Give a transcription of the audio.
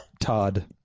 Todd